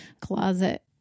closet